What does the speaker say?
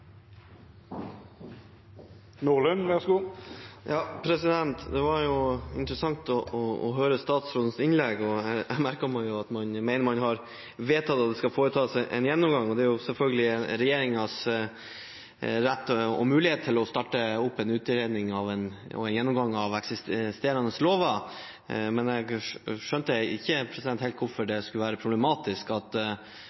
Det var interessant å høre statsrådens innlegg. Jeg merker meg at man mener man har vedtatt at det skal foretas en gjennomgang. Det er selvfølgelig regjeringens rett – og mulighet –å starte opp en utredning og en gjennomgang av eksisterende lover, men jeg skjønte ikke hvorfor det skulle være problematisk at statsråden fikk en ekstra bestilling med seg i bagasjen, der Stortinget uttrykker ønske om å være med på den gjennomgangen. Men det